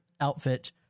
outfit